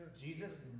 Jesus